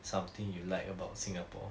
something you like about singapore